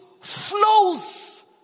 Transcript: flows